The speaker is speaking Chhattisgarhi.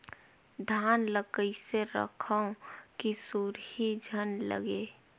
धान ल कइसे रखव कि सुरही झन लगे?